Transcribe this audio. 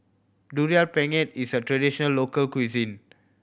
Durian Pengat is a traditional local cuisine